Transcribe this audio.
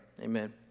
Amen